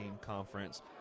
conference